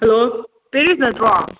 hello ꯕꯦꯔꯤꯛ ꯅꯠꯇ꯭ꯔꯣ